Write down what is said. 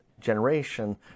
generation